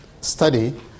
study